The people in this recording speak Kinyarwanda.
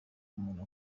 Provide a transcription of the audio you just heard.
umuntu